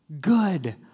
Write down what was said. good